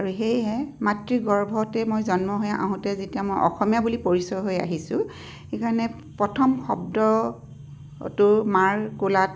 আৰু সেয়েহে মাতৃ গৰ্ভতে মই জন্ম হৈ আহোঁতে যেতিয়া মই অসমীয়া বুলি পৰিচয় হৈ আহিছোঁ সেইকাৰণে প্ৰথম শব্দটো মাৰ কোলাত